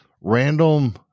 random